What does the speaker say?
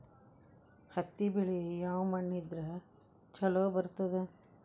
ಹತ್ತಿ ಬೆಳಿ ಯಾವ ಮಣ್ಣ ಇದ್ರ ಛಲೋ ಬರ್ತದ?